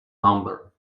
number